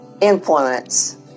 influence